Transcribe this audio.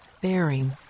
bearing